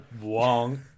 Wong